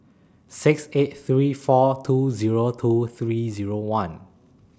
six eight three four two Zero two three Zero one